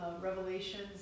revelations